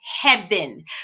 heaven